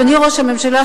אדוני ראש הממשלה,